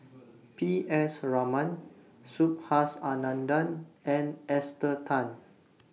P S Raman Subhas Anandan and Esther Tan